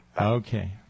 Okay